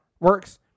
works